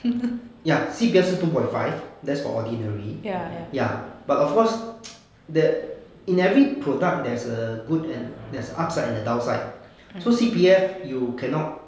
ya C_P_F 是 two point five that's for ordinary ya but of cause that in every product there is err good and there is err upside and a downside so C_P_F you cannot